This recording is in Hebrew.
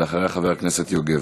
אחריה, חבר הכנסת יוגב.